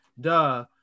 duh